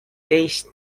teist